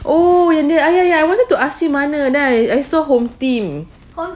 oh yang ah ya ya I wanted to ask him mana then I I saw HomeTeam